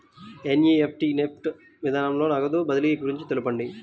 NEFT NEFT విధానంలో నగదు బదిలీ గురించి తెలుపండి?